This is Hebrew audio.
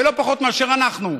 ולא פחות מאשר אנחנו,